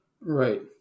Right